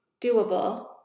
doable